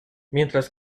mientras